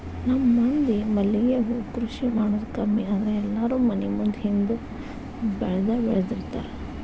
ನಮ್ಮ ಮಂದಿ ಮಲ್ಲಿಗೆ ಹೂ ಕೃಷಿ ಮಾಡುದ ಕಮ್ಮಿ ಆದ್ರ ಎಲ್ಲಾರೂ ಮನಿ ಮುಂದ ಹಿಂದ ಬೆಳ್ದಬೆಳ್ದಿರ್ತಾರ